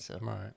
Right